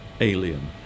alien